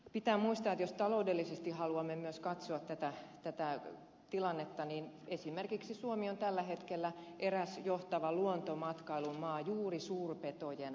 pitää muistaa että jos taloudellisesti haluamme myös katsoa tätä tilannetta niin esimerkiksi suomi on tällä hetkellä eräs johtava luontomatkailumaa juuri suurpetojen ansiosta